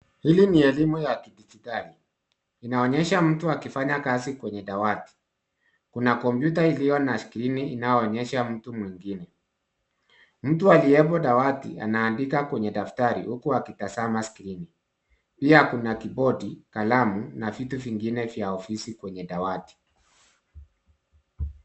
Hili ni elimu ya kidijitali inaonyesha mtu akifanya kazi kwenye dawati. Kuna kompyuta iliyo na skrini inayoonyesha mtu mwingine. Mtu aliyepo dawati anaandika kwenye daftari huku akitazama skrini. Pia kuna kibodi, kalamu na vitu vingine vya ofisi kwenye dawati.